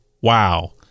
Wow